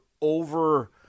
over